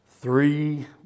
three